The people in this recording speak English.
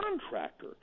contractor